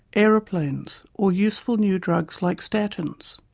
aeroplanes, or useful new drugs like statins.